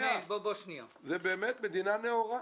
זה באמת מדינה נאורה...